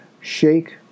Shake